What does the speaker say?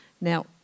Now